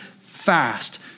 fast